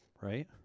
right